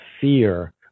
fear